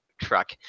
truck